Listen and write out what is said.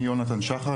אני יונתן שחר,